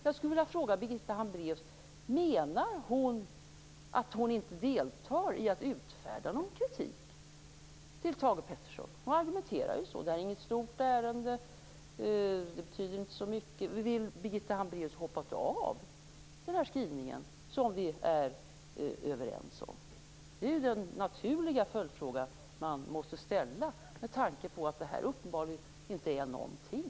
Jag skulle vilja fråga Birgitta Hambraeus: Menar hon att hon inte deltar i att utfärda någon kritik mot Thage G Peterson? Hon argumenterar ju så - det här är inget stort ärende, det betyder inte så mycket osv. Vill Birgitta Hambraeus hoppa av den här skrivningen, som vi är överens om? Det är ju den naturliga följdfråga man måste ställa, med tanke på att det här uppenbarligen inte är någonting.